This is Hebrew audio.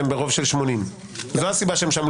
הם ברוב של 80. זו הסיבה שהם שם,